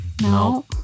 No